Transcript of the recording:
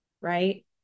right